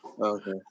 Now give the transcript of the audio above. okay